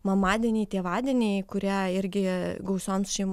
mamadieniai tėvadieniai kurią irgi gausioms šeim